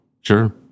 Sure